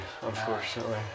unfortunately